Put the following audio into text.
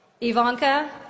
Ivanka